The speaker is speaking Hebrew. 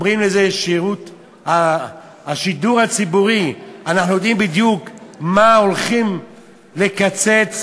קוראים לזה "השידור הציבורי" אנחנו יודעים בדיוק מה הולכים לקצץ ולגנוז.